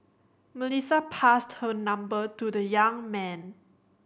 Melissa passed her number to the young man